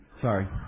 Sorry